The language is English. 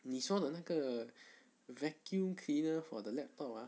你说的那个 vacuum cleaner for the laptop ah